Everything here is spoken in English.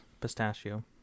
pistachio